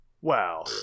Wow